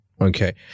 okay